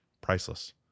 priceless